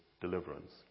deliverance